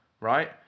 right